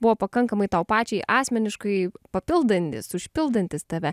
buvo pakankamai tau pačiai asmeniškai papildantys užpildantys tave